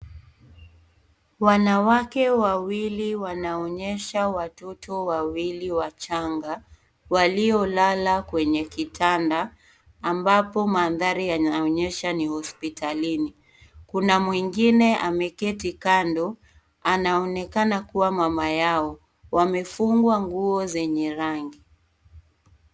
Wanawake wawili wanaonyesha watoto wawili wachanga, waliolala kwenye kitanda, ambapo manthari yanaonyesha ni hospitalini. Kuna mwingine ameketi kando, anaonekana kuwa mama yao. Wamefungwa nguo zenye rangi.